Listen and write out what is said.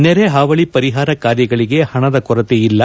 ನೆರೆ ಹಾವಳಿ ಪರಿಹಾರ ಕಾರ್ಯಗಳಿಗೆ ಹಣದ ಕೊರತೆ ಇಲ್ಲ